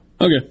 Okay